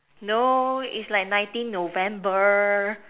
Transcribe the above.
no it's like nineteen November